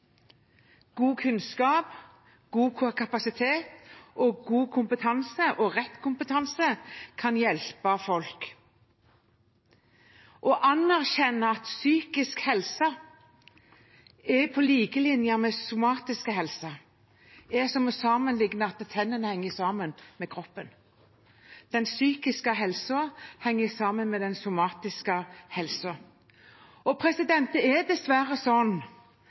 God kunnskap, god kapasitet og god og rett kompetanse kan hjelpe folk. Å anerkjenne at psykisk helse er på lik linje med somatisk helse er som å sammenligne at tennene henger sammen med kroppen. Den psykiske helsen henger sammen med den somatiske helsen. Men det er dessverre